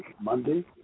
Monday